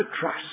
trust